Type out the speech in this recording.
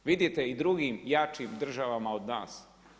Vidite drugim, jačim državama od nas.